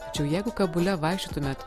tačiau jeigu kabule vaikščiotumėt